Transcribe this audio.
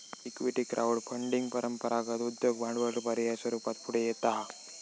equity crowd funding परंपरागत उद्योग भांडवल पर्याय स्वरूपात पुढे येता हा